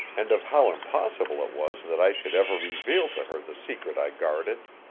and of how impossible it was that i should ever reveal to her the secret i guarded.